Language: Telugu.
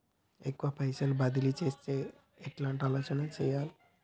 ఎక్కువ పైసలు బదిలీ చేత్తే ఎట్లాంటి ఆలోచన సేయాలి?